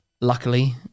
Luckily